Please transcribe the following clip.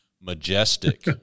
majestic